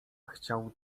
chciał